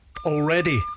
already